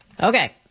Okay